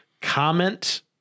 Comment